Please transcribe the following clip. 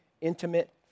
intimate